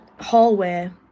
hallway